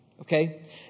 Okay